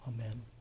Amen